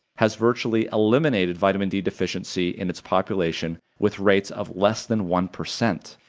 has virtually eliminated vitamin d deficiency in its population with rates of less than one percent.